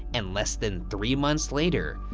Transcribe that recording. and less than three months later,